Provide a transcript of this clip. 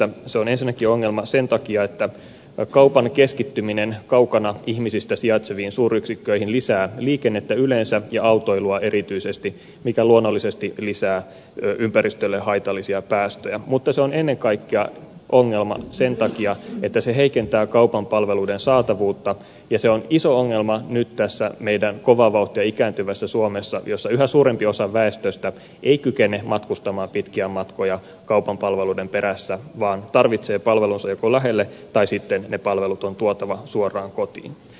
se on ensinnäkin ongelma sen takia että kaupan keskittyminen kaukana ihmisistä sijaitseviin suuryksikköihin lisää liikennettä yleensä ja autoilua erityisesti mikä luonnollisesti lisää ympäristölle haitallisia päästöjä mutta se on ennen kaikkea ongelma sen takia että se heikentää kaupan palveluiden saatavuutta ja se on iso ongelma nyt tässä meidän kovaa vauhtia ikääntyvässä suomessa missä yhä suurempi osa väestöstä ei kykene matkustamaan pitkiä matkoja kaupan palveluiden perässä vaan tarvitsee palvelunsa joko lähelle tai sitten ne palvelut on tuotava suoraan kotiin